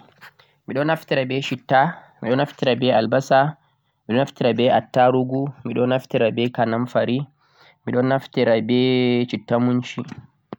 Miɗo naftira be shitta, Albasa, Attarugu, Kanamfari sai shitta munci